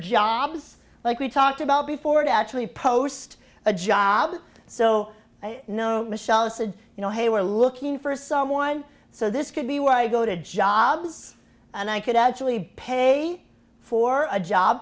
jobs like we talked about before to actually post a job so i know michelle said you know hey were looking for someone so this could be where i go to jobs and i could actually pay for a job